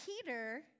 Peter